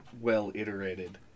well-iterated